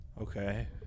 Okay